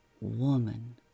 woman